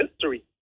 history